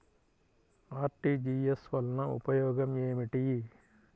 RTGS వలన ఉపయోగం ఏమిటీ?